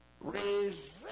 Resist